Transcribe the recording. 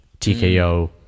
TKO